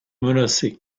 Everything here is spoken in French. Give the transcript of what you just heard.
menacé